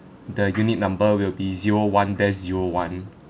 the unit number will be zero one dash zero one